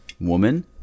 woman